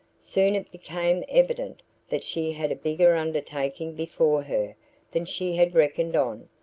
soon it became evident that she had a bigger undertaking before her than she had reckoned on,